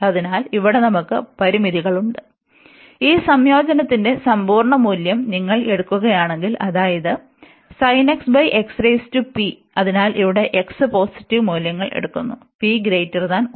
അതിനാൽ ഇവിടെ നമുക്ക് പരിമിതികളുണ്ട് ഈ സംയോജനത്തിന്റെ സമ്പൂർണ്ണ മൂല്യം നിങ്ങൾ എടുക്കുകയാണെങ്കിൽ അതായത് അതിനാൽ ഇവിടെ x പോസിറ്റീവ് മൂല്യങ്ങൾ എടുക്കുന്നു p 1